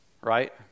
right